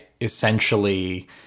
essentially